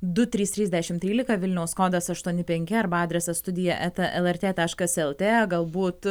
du trys trys dešimt trylika vilniaus kodas aštuoni penki arba adresas studija eta lrt taškas lt galbūt